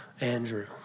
Andrew